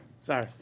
Sorry